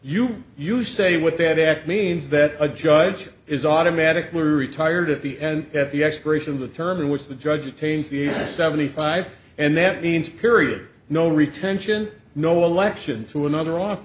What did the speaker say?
you you say what that act means that a judge is automatically retired at the end at the expiration of the term in which the judge retains the seventy five and that means period no retention no election to another off